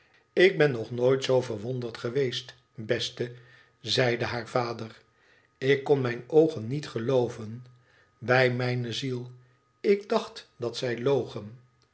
lik ben nog nooit zoo verwonderd geweest beste zeide haar vader ik kon mijne oogen nietgelooven bij mijne ziel ik dacht dat zij logen